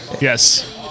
yes